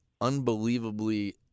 unbelievably